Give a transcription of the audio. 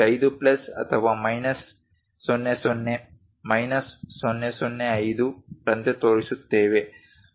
5 plus ಅಥವಾ minus 00 minus 005 ರಂತೆ ತೋರಿಸುತ್ತೇವೆ